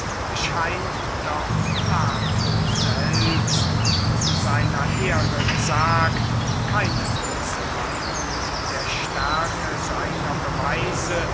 scheint doch plato selbst zu seiner ehre gesagt keine große meinung von der stärke seiner beweise